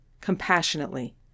compassionately